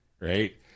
right